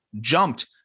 jumped